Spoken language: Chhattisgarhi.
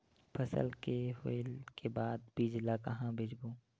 फसल के होय के बाद बीज ला कहां बेचबो?